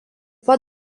pat